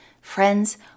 Friends